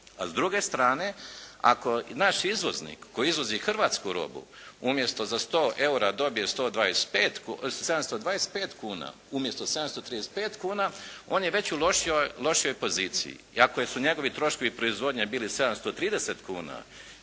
A s druge strane, ako naš izvoznik koji izvozi hrvatsku robu umjesto za 100 eura dobije 725 kuna umjesto 735 kuna on je već u lošijoj poziciji. I ako su njegovi troškovi proizvodnje bili 730 kuna